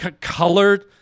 Colored